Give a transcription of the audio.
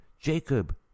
Jacob